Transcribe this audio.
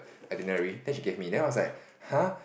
itinerary then she gave me then I was like !huh!